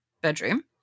bedroom